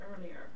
earlier